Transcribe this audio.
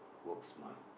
work smart